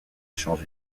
changé